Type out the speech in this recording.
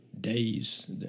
days